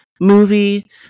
movie